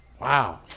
Wow